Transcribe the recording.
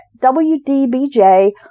WDBJ